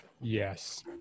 Yes